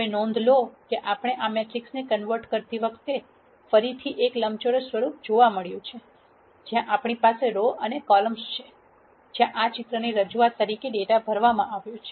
હવે નોંધ લો કે આપણે આ મેટ્રિક્સને કન્વર્ટ કરતી વખતે આપણને ફરીથી એક લંબચોરસ સ્વરૂપ જોવા મળ્યુ છે જ્યાં આપણી પાસે રો અને કોલમ્સ છે જ્યાં આ ચિત્રની રજૂઆત તરીકે ડેટા ભરવામાં આવ્યો છે